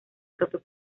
propio